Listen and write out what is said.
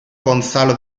gonzalo